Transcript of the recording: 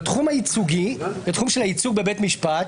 בתחום הייצוג בבית משפט